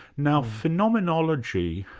now phenomenonology,